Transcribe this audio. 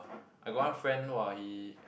I got one friend !wah! he